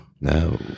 No